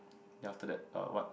then after that what